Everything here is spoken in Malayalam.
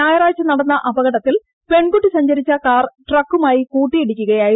ഞായറാഴ്ച നടന്ന അപകടത്തിൽ പെൺകുട്ടി സഞ്ചരിച്ച കാർ ട്രക്കുമായി കൂട്ടിയിടിക്കുകയായിരുന്നു